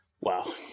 Wow